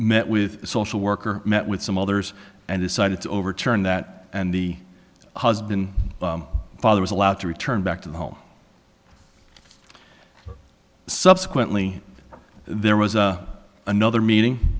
met with a social worker met with some others and decided to overturn that and the husband father was allowed to return back to the home subsequently there was another meeting